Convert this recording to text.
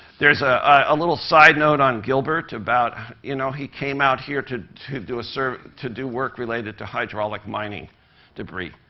there's a little side note on gilbert about you know, he came out here to to do a sort of to do work related to hydraulic mining debris.